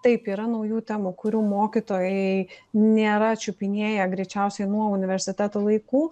taip yra naujų temų kurių mokytojai nėra čiupinėję greičiausiai nuo universiteto laikų